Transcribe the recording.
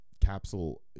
capsule